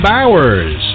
Bowers